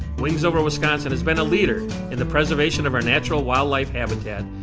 wings over wisconsin has been a leader in the preservation of our natural wildlife habitat.